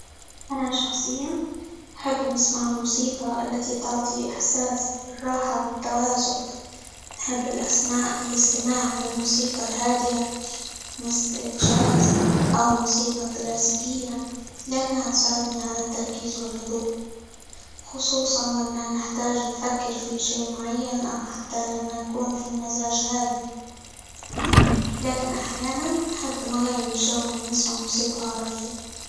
أنا شخصيًا نحب نسمع الموسيقى التي تعطي إحساس بالراحة، والتوازن، نحب -الاسما- الاستماع للموسيقى الهادئة مثل: الجاز، أو موسيقى كلاسيكية؛ لأنها تساعدني على التركيز، والهدوء، خصوصًا لما نحتاج نفكر في شي معين، أو حتى لما نكون في المزاج هادي، لكن أحيانًا نحب نغير الجو، ونسمع موسيقى عربية.